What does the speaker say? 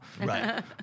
Right